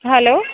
hello